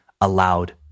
allowed